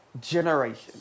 generation